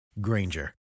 Granger